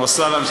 אהלן וסהלן,